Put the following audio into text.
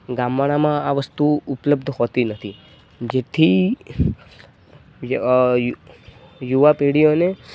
ગામડામાં આ વસ્તુ ઉપલબ્ધ હોતી નથી જેથી યુવા પેઢીઓને